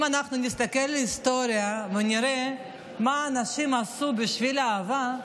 אם אנחנו נסתכל בהיסטוריה ונראה מה אנשים עשו בשביל אהבה,